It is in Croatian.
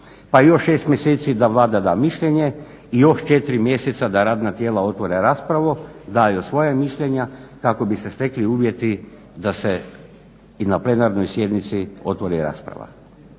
pa još šest mjeseci da Vlada da mišljenje i još četiri mjeseca da radna tijela otvore rasprave daju svoja mišljenja kako bi se stekli uvjeti da se i na plenarnoj sjednici otvori rasprava.